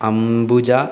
Ambuja